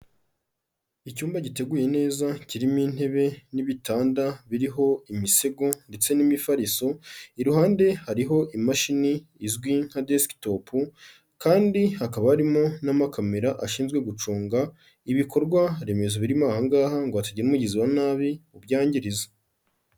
Icyumba giteguye neza kirimo intebe n'ibitanda biriho imisego ndetse n'imifariso, iruhande hariho imashini izwi nka desktop, kandi hakaba harimo n'amakamera ashinzwe gucunga ibikorwa remezo birimo aha ngaha ngo hatagira umugizi wa nabi ubyangiriza.